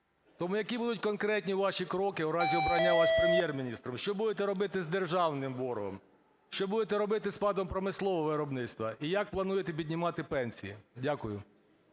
Тому які будуть конкретні ваші кроки у разі обрання вас Прем’єр-міністром? Що будете робити з державним боргом? Що будете робити з спадом промислового виробництва і як плануєте піднімати пенсії? Дякую.